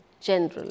general